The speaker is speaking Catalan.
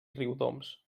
riudoms